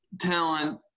talent